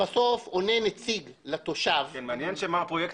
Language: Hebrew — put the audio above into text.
שבסוף עונה נציג לתושב --- מעניין שמר פרויקט